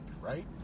right